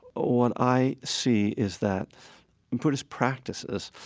what i see is that buddhist practices,